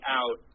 out